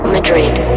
Madrid